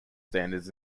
standards